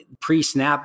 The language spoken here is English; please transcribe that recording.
pre-snap